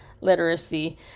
literacy